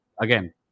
Again